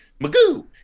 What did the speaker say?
Magoo